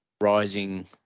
rising